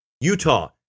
Utah